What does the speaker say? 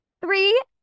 Three